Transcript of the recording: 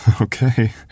Okay